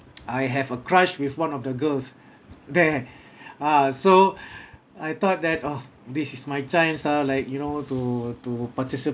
I have a crush with one of the girls there ah so I thought that oh this is my chance ah like you know to to participate